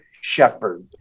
shepherd